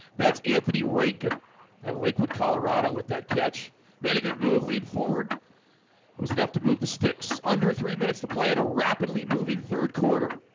that's anthony rankin at lakewood colorado with that catch made a good move lead forward was enough to move the sticks under three minutes to play in a rapidly moving third quarter